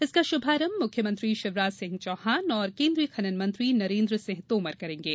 इसका शुभारंभ मुख्यमंत्री शिवराज सिंह चौहान और केन्द्रीय खनन मंत्री नरेन्द्र सिंह तोमर करेंगे